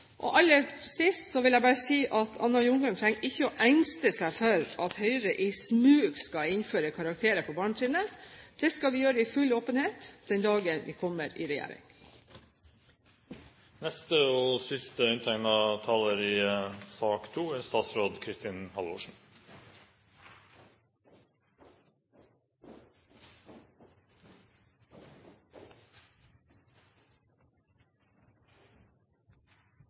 Aller sist vil jeg bare si at Anna Ljunggren trenger ikke å engste seg for at Høyre i smug skal innføre karakterer på barnetrinnet. Det skal vi gjøre i full åpenhet den dagen vi kommer i regjering. Jeg synes kanskje noe av debatten har vært preget av at man hører det man vil høre i